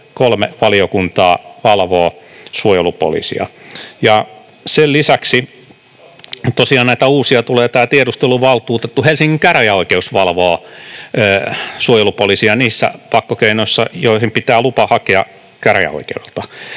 kolme valiokuntaa valvoo suojelupoliisia. Sen lisäksi tosiaan näitä uusia tulee, tämä tiedusteluvaltuutettu, ja Helsingin käräjäoikeus valvoo suojelupoliisia niissä pakkokeinoissa, joihin pitää lupa hakea käräjäoikeudelta.